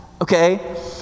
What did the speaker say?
okay